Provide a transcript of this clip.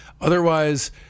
Otherwise